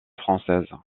française